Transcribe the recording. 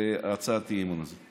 הצעת האי-אמון הזו.